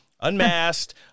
unmasked